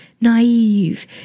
naive